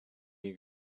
you